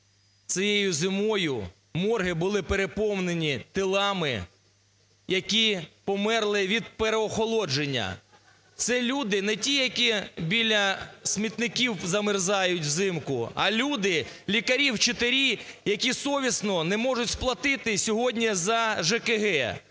цією зимою морги були переповнені тілами, які померли від переохолодження. Це люди не ті, які біля смітників замерзають взимку, а люди – лікарі, вчителі – які совісно не можуть сплатити сьогодні за ЖКГ,